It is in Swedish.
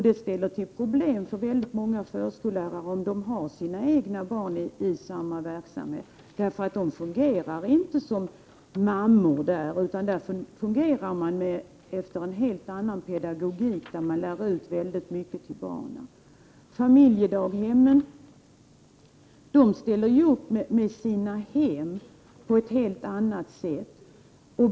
Det är problem för en hel del förskollärare att ha sina egna barn där, eftersom de inte fungerar som mamma utan vill ha en helt annan pedagogik. Familjedaghemmen ställer upp med sina egna hem på ett helt annat sätt.